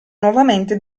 nuovamente